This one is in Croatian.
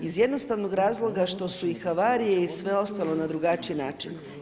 Iz jednostavnog razloga što su i havarije i sve ostalo na drugačiji način.